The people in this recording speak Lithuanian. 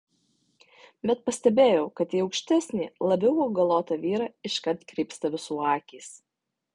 bet pastebėjau kad į aukštesnį labiau augalotą vyrą iškart krypsta visų akys